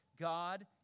God